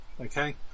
Okay